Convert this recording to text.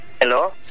Hello